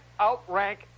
outrank